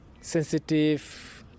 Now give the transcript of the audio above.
sensitive